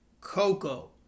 Coco